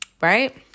right